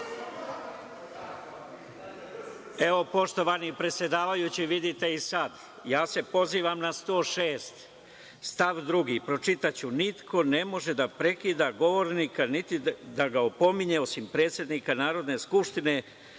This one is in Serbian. Poštovani predsedavajući, vidite i sad, pozivam se na član 106. stav 2, pročitaću – niko ne može da prekida govornika niti da ga opominje osim predsednika Narodne skupštine